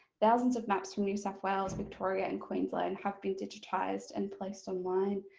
thousands of maps from new south wales, victoria and queensland have been digitised and placed online